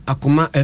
Akuma